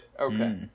Okay